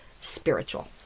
spiritual